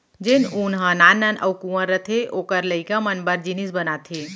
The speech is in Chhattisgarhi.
जेन ऊन ह नान नान अउ कुंवर रथे ओकर लइका मन बर जिनिस बनाथे